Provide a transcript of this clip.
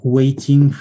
waiting